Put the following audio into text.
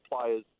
players